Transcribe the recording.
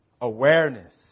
Awareness